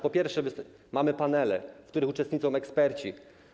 Po pierwsze, mamy panele, w których uczestniczą eksperci.